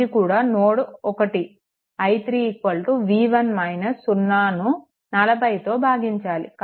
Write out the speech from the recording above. ఇది కూడా నోడ్1 i3 v1 - 0ను 40తో భాగించాలి